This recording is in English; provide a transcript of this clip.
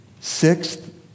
Sixth